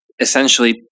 essentially